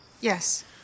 yes